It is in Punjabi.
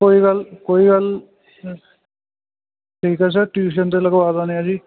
ਕੋਈ ਗੱਲ ਕੋਈ ਗੱਲ ਠੀਕ ਹੈ ਸਰ ਟਿਊਸ਼ਨ 'ਤੇ ਲਗਵਾ ਦਿੰਦੇ ਆ ਜੀ